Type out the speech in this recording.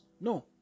No